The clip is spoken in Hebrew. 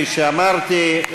כפי שאמרתי,